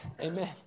Amen